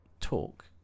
talk